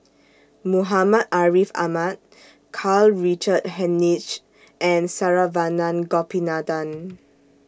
Muhammad Ariff Ahmad Karl Richard Hanitsch and Saravanan Gopinathan